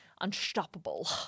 unstoppable